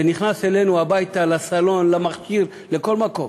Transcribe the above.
זה נכנס אלינו הביתה לסלון, למכשיר, לכל מקום.